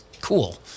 cool